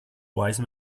wise